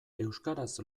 euskaraz